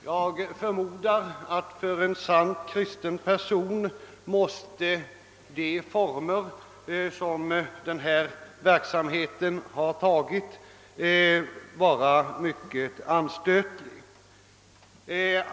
Jag förmodar att för en sant kristen person måste de former, som denna verksamhet har tagit, ha varit mycket anstötliga.